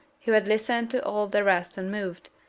who had listened to all the rest unmoved,